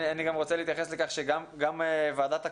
אני גם רוצה להתייחס לזה שגם ועדת הקורונה,